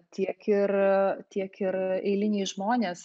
tiek ir tiek ir eiliniai žmonės